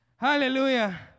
Hallelujah